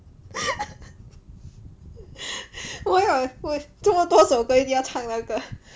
!walao! 这么多种歌一定要唱那个